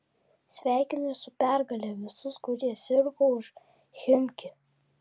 sveikinu su pergale visus kurie sirgo už chimki